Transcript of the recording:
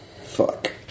Fuck